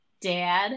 dad